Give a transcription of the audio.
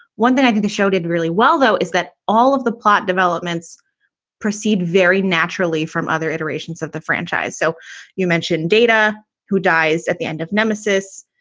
one that i think the show did really well, though, is that all of the plot developments proceed very naturally from other iterations of the franchise. so you mentioned data who dies at the end of nemesis?